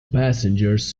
passengers